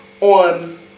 on